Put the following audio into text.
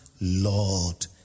Lord